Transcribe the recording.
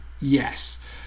Yes